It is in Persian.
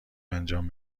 انجام